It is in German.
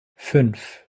fünf